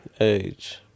age